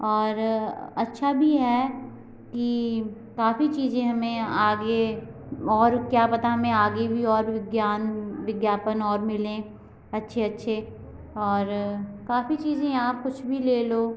और अ अच्छा भी है कि काफी चीजे हमें आगे और क्या पता हमें आगे भी और विज्ञान विज्ञापन और मिलें अच्छे अच्छे और अ काफी चीजें यहाँ कुछ भी ले लो